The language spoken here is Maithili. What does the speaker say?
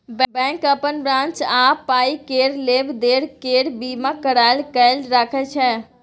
बैंक अपन ब्राच आ पाइ केर लेब देब केर बीमा कराए कय राखय छै